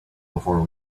before